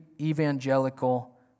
Evangelical